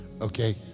okay